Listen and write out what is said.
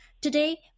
Today